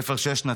בית ספר שש-שנתי.